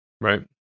right